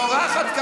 צורחת,